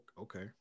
okay